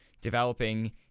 developing